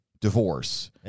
Divorce